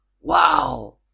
Wow